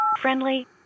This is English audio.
Friendly